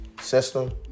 system